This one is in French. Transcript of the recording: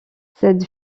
cette